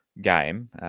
game